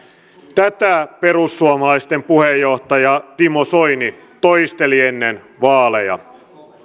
tätä perussuomalaisten puheenjohtaja timo soini toisteli ennen vaaleja